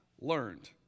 learned